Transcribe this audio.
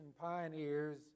pioneers